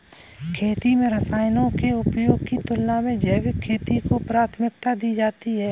खेती में रसायनों के उपयोग की तुलना में जैविक खेती को प्राथमिकता दी जाती है